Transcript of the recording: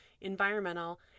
environmental